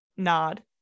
nod